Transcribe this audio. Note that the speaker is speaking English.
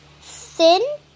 thin